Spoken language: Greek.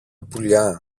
πουλιά